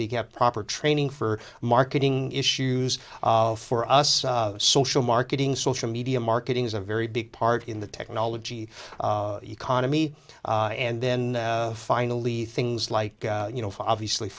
they get proper training for marketing issues for us social marketing social media marketing is a very big part in the technology economy and then finally things like you know if obviously